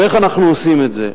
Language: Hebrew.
ואיך אנחנו עושים את זה?